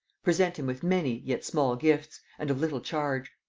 present him with many yet small gifts, and of little charge.